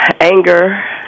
anger